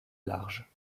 large